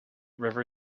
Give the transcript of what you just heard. river